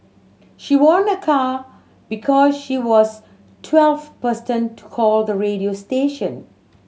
she won a car because she was twelfth person call the radio station